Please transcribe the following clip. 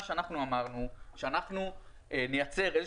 מה אנחנו אמרנו זה שאנחנו נייצר איזה